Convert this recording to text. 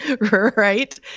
Right